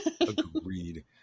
agreed